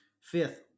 fifth